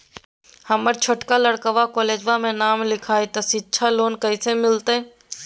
हमर छोटका लड़कवा कोलेजवा मे नाम लिखाई, तो सिच्छा लोन कैसे मिलते?